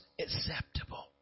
acceptable